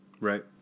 Right